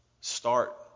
start